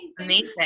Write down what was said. Amazing